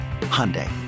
Hyundai